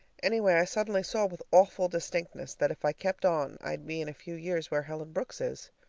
anyway, i suddenly saw with awful distinctness that if i kept on i'd be in a few years where helen brooks is.